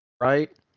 right